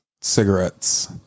cigarettes